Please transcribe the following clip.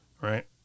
right